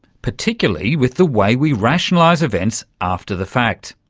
particularly with the way we rationalise events after the fact,